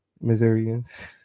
Missourians